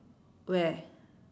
where